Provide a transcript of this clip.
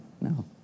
no